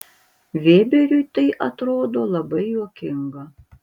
vėberiui tai atrodo labai juokinga